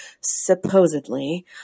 supposedly